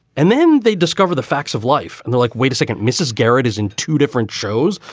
and then they discover the facts of life and the like. wait a second. mrs. garrett is in two different shows.